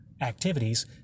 activities